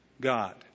God